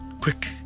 Quick